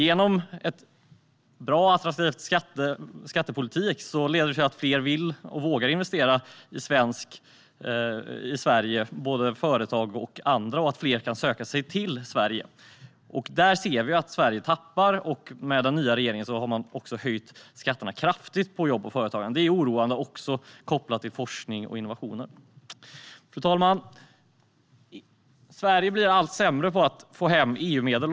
En bra och attraktiv skattepolitik leder till att fler vill och vågar investera i Sverige, både företag och andra, och att fler kan söka sig till Sverige. Där ser vi att Sverige tappar. Med den nya regeringen har man också höjt skatterna kraftigt på jobb och företagande. Kopplat till forskning och innovationer är detta oroande. Fru talman! Sverige blir allt sämre på att få hem EU-medel.